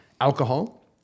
Alcohol